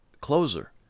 closer